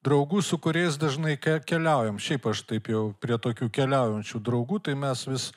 draugų su kuriais dažnai ke keliaujam šiaip aš taip jau prie tokių keliaujančių draugų tai mes vis